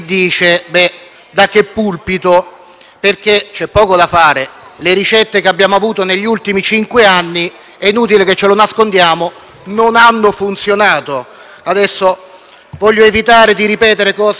C'è poco da fare, le ricette che abbiamo avuto negli ultimi cinque anni - è inutile che ce lo nascondiamo - non hanno funzionato. Voglio evitare di ripetere cose già dette anche da me più volte, ma